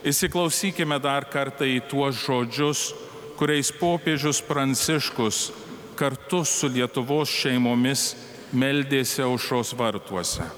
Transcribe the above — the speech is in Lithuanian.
įsiklausykime dar kartą į tuos žodžius kuriais popiežius pranciškus kartu su lietuvos šeimomis meldėsi aušros vartuose